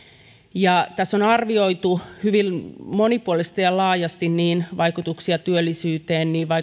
tässä on arvioitu hyvin monipuolisesti ja laajasti niin vaikutuksia työllisyyteen